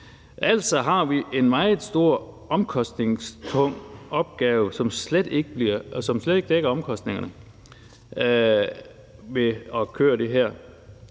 altså har vi en meget stor og omkostningstung opgave, hvor omkostningerne ved at køre det her